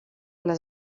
les